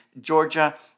Georgia